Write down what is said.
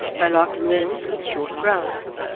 they like lawns with short grass.